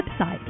website